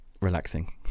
Relaxing